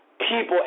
people